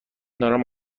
دارم